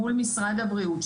מול משרד הבריאות,